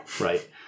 Right